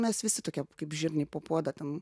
mes visi tokie kaip žirniai po puodą ten